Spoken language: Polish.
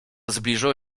zbliżyło